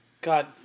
God